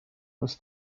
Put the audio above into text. was